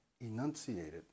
enunciated